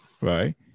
Right